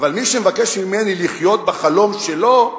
אבל מי שמבקש ממני לחיות בחלום שלו,